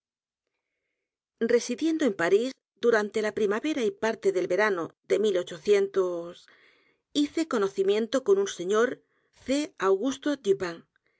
r í s durante la primavera y p a r t e del verano de hice conocimiento con un señor c augusto